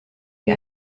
wie